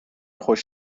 خوش